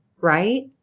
right